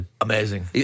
Amazing